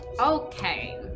Okay